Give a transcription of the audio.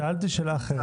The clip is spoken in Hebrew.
שאלתי שאלה אחרת.